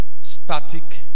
static